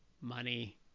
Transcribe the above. money